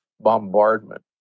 bombardment